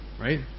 right